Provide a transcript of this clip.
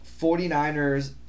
49ers